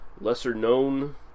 lesser-known